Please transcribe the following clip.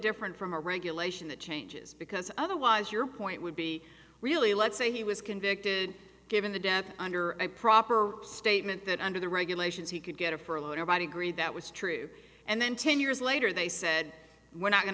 different from a regulation that changes because otherwise your point would be really let's say he was convicted given the death under a proper statement that under the regulations he could get a furlough divide agreed that was true and then ten years later they said we're not going